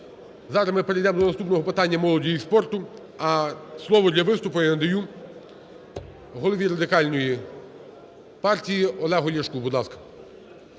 Зараз ми перейдемо до наступного питання – молоді і спорту. А слово для виступу я надаю голові Радикальної партії Олегу Ляшку.